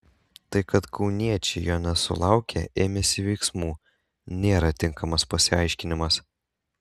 tai kad kauniečiai jo nesulaukę ėmėsi veiksmų nėra tinkamas pasiaiškinimas